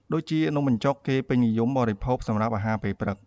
ដូចជានំបញ្ចុក គេពេញនិយមបរិភោគសម្រាប់អាហារពេលព្រឹក។